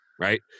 right